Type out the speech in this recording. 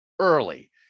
early